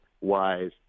wise